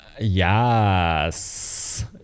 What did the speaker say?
yes